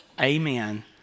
Amen